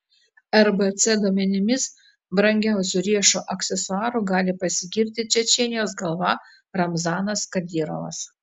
rbc duomenimis brangiausiu riešo aksesuaru gali pasigirti čečėnijos galva ramzanas kadyrovas